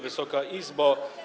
Wysoka Izbo!